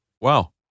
Wow